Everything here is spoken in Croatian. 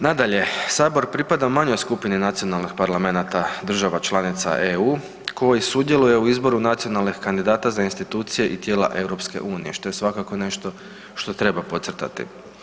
Nadalje, sabor pripada manjoj skupini nacionalnih parlamenata država članica EU koji sudjeluje u izboru nacionalnih kandidata za institucije i tijela EU što je svakako nešto što treba podcrtati.